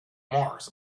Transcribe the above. mars